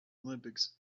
olympics